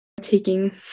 taking